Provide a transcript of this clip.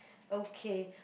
okay